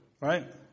right